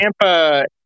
Tampa